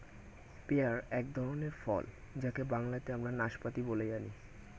pair এক ধরনের ফল যাকে বাংলাতে আমরা নাসপাতি বলে জানি